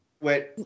Wait